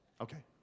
Okay